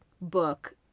book